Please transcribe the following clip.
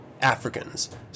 Africans